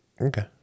Okay